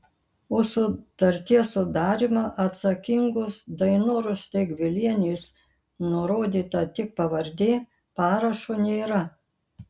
už sutarties sudarymą atsakingos dainoros steigvilienės nurodyta tik pavardė parašo nėra